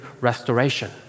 restoration